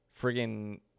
Friggin